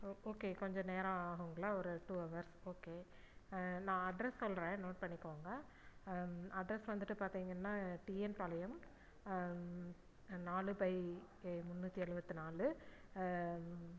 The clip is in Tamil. ஓ ஓகே கொஞ்சம் நேரம் ஆகுங்களா ஒரு டூ அவர்ஸ் ஓகே நான் அட்ரஸ் சொல்கிறேன் நோட் பண்ணிக்கோங்க அட்ரஸ் வந்துட்டு பார்த்தீங்கன்னா டிஎன் பாளையம் நாலு பை முந்நூற்றி எழுபத்தி நாலு